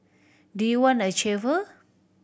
do you want a chauffeur